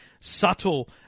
subtle